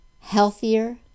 healthier